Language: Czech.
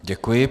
Děkuji.